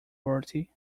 bertie